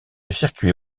circuit